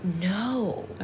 no